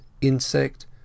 insect